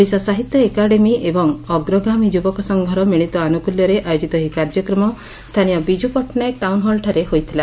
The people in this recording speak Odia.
ଓଡ଼ିଶା ସାହିତ୍ୟ ଏକାଡ଼େମୀ ଏବଂ ଅଗ୍ରଗାମୀ ଯୁବକ ସଂଘର ମିଳିତ ଆନୁକୁଲ୍ୟରେ ଆୟୋଜିତ ଏହି କାର୍ଯ୍ୟକ୍ରମ ସ୍ଥାନୀୟ ବିଜୁ ପଟ୍ଟନାୟକ ଟାଉନହଲଠାରେ ହୋଇଥିଲା